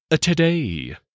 Today